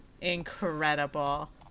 Incredible